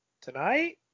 tonight